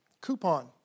coupon